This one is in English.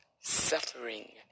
suffering